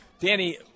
Danny